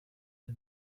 del